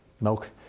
milk